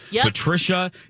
Patricia